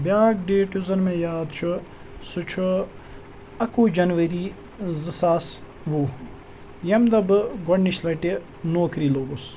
بیٛاکھ ڈیٹ یُس زَن مےٚ یاد چھُ سُہ چھُ اَکوُہ جَنؤری زٕ ساس وُہ ییٚمہِ دۄہ بہٕ گۄڈنِچ لَٹہِ نوکری لوٚگُس